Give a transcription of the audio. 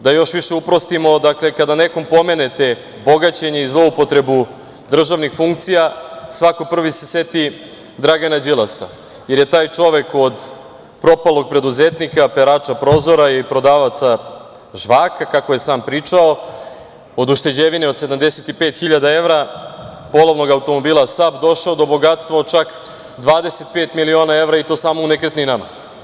Da još više uprostimo, dakle, kada nekom pomenete bogaćenje i zloupotrebu državnih funkcija, svako prvi se seti Dragana Đilasa, jer je taj čovek od propalog preduzetnika, perača prozora i prodavaca žvaka, kako je sam pričao, od ušteđevine od 75.000 evra polovnog automobila "SAB" došao do bogatstva od čak 25 miliona evra, i to samo u nekretninama.